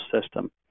system